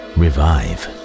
revive